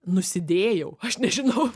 nusidėjau aš nežinau